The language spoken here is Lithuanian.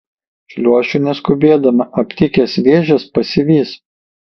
šliuošiu neskubėdama aptikęs vėžes pasivys